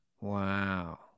Wow